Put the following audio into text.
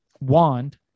wand